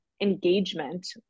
engagement